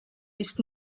ist